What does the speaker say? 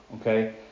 Okay